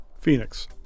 Phoenix